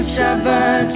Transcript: Shabbat